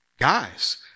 Guys